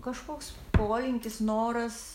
kažkoks polinkis noras